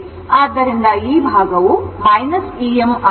ಆದ್ದರಿಂದ ಈ ಭಾಗವು Em ಆಗಿದೆ